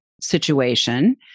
situation